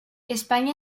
españa